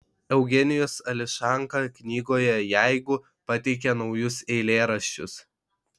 eugenijus ališanka knygoje jeigu pateikia naujus eilėraščius